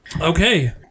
okay